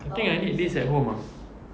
I think I need this at home ah